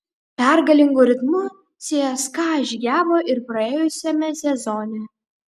pergalingu ritmu cska žygiavo ir praėjusiame sezone